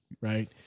right